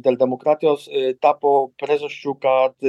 dėl demokratijos tapo priežasčiu kad